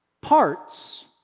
parts